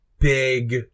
big